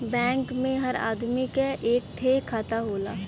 bank मे हर आदमी क एक ठे खाता होला